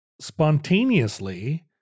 spontaneously